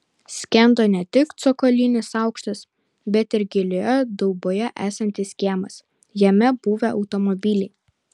skendo ne tik cokolinis aukštas bet ir gilioje dauboje esantis kiemas jame buvę automobiliai